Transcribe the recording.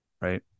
right